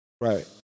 Right